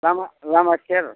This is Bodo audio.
लामा लामा सेर